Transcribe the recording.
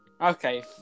Okay